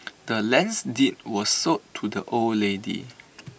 the land's deed was sold to the old lady